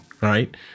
Right